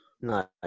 No